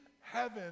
heaven